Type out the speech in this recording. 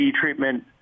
treatment